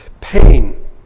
Pain